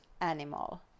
animal